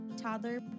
toddler